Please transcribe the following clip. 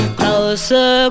closer